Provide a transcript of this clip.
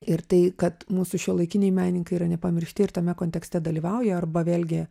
ir tai kad mūsų šiuolaikiniai menininkai yra nepamiršti ir tame kontekste dalyvauja arba vėlgi